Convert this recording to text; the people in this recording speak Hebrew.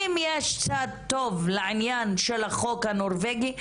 אם יש צד טוב לעניין של החוק הנורבגי,